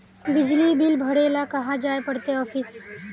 बिजली बिल भरे ले कहाँ जाय पड़ते ऑफिस?